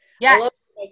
Yes